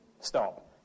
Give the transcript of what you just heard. stop